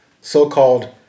so-called